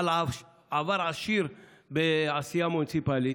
בעל עבר עשיר בעשייה מוניציפלית.